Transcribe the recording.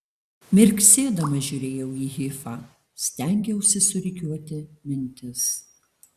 mirksėdama žiūrėjau į hifą stengiausi surikiuoti mintis